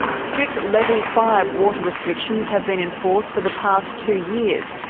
strict level five water restrictions have been in force for the past two years,